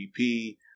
GDP